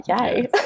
Yay